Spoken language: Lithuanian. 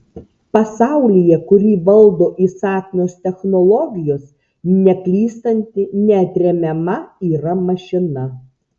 pasaulyje kurį valdo įsakmios technologijos neklystanti neatremiama yra mašina